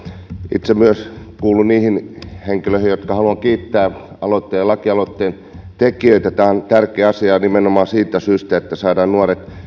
itse myös kuulun niihin henkilöihin jotka haluavat kiittää lakialoitteen tekijöitä tämä on tärkeä asia nimenomaan siitä syystä että saadaan nuoret